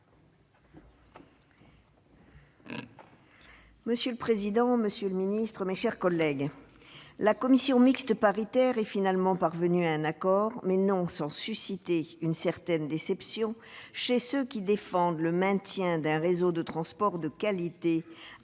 Monsieur le président, monsieur le secrétaire d'État, mes chers collègues, la commission mixte paritaire est finalement parvenue à un accord, non sans susciter une certaine déception chez ceux qui défendent le maintien d'un réseau de transport de qualité,